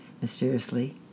mysteriously